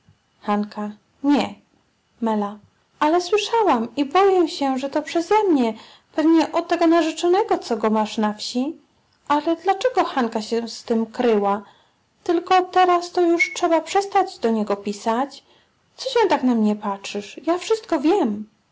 nie ale słyszałam i boję się że to przezemnie pewnie o tego narzeczonego co go masz na wsi ale dlaczego hanka się z tem kryła tylko teraz to już trzeba przestać do niego pisać co się tak na mnie patrzysz ja wszystko wiem